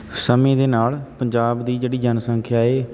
ਸਮੇਂ ਦੇ ਨਾਲ ਪੰਜਾਬ ਦੀ ਜਿਹੜੀ ਜਨਸੰਖਿਆ ਏ